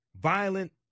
violent